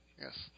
Yes